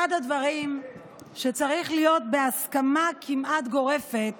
אחד הדברים שצריך להיות בהסכמה כמעט גורפת